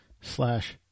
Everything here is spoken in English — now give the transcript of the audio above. slash